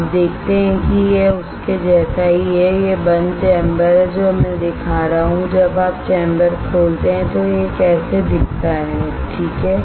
आप देखते हैं कि यह उसके जैसा ही है यह बंद चैंबर है जो अब मैं दिखा रहा हूं जब आप चैंबर खोलते हैं तो यह कैसे दिखता है ठीक है